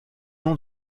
nom